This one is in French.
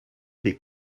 des